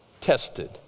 tested